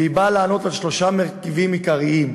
והיא באה לענות על שלושה מרכיבים עיקריים: